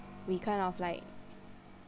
we kind of like